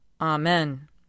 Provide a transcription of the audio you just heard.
Amen